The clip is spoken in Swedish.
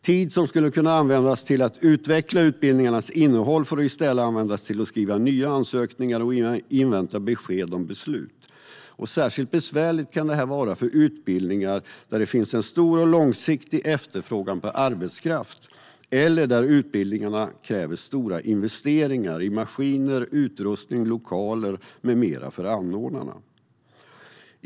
Tid som skulle kunna användas till att utveckla utbildningarnas innehåll får i stället användas till att skriva nya ansökningar och invänta besked om beslut. Särskilt besvärligt kan detta vara för utbildningar där det finns en stor och långsiktig efterfrågan på arbetskraft eller för utbildningar som kräver stora investeringar i maskiner, utrustning, lokaler med mera för anordnarna.